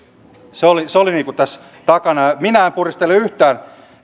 hallituskriisiltä se oli tässä takana minä en puristele yhtään